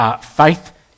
faith